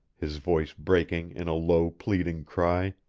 his voice breaking in a low pleading cry.